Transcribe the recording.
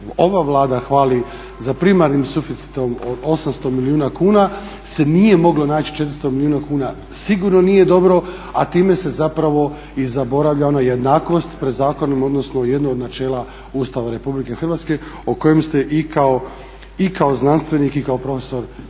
ova Vlada hvali za primarnim suficitom od 800 milijuna kuna se nije moglo naći 400 milijuna kuna, sigurno nije dobro a time se zapravo i zaboravlja ona jednakost pred zakonom odnosno jedno od načela Ustava Republike Hrvatske o kojem ste i kao znanstvenik i kao profesor trebali